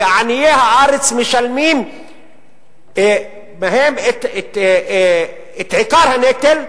ועניי הארץ משלמים מהם את עיקר הנטל.